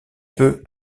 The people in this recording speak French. peu